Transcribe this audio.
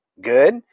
good